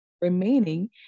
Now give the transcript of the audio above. remaining